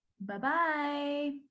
Bye-bye